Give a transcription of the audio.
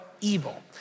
evil